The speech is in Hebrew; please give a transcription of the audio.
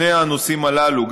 שני הנושאים הללו,